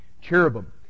cherubim